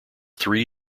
three